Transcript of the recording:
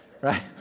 Right